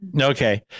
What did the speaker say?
okay